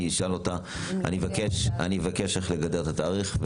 אני אבקש לגדר את התהליך.